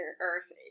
earth